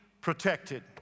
protected